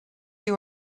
you